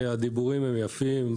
הדיבורים הם יפים,